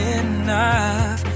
enough